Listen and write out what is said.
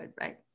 right